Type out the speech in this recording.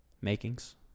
Makings